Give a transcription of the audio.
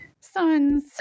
sons